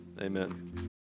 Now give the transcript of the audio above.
Amen